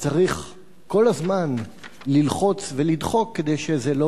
וצריך כל הזמן ללחוץ ולדחוק כדי שזה לא